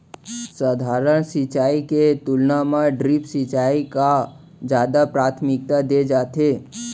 सधारन सिंचाई के तुलना मा ड्रिप सिंचाई का जादा प्राथमिकता दे जाथे